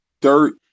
dirt